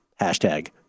Hashtag